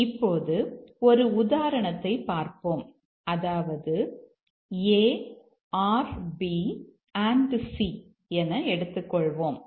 இப்போது ஒரு உதாரணத்தைப் பார்ப்போம் அதாவது a || b c என எடுத்துக்கொள்வோம்